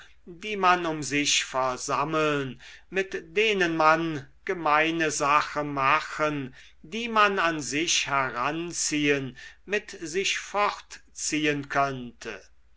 die man um sich versammeln mit denen man gemeine sache machen die man an sich heranziehen mit sich fortziehen könnte